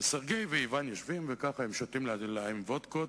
וסרגיי ואיוון יושבים, וככה הם שותים להם וודקות,